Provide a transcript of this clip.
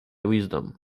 wisdom